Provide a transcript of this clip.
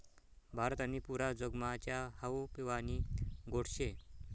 भारत आणि पुरा जगमा च्या हावू पेवानी गोट शे